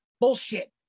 bullshit